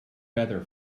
feather